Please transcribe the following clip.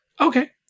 okay